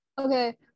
okay